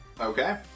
Okay